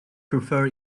prefer